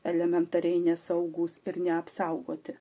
elementariai nesaugūs ir neapsaugoti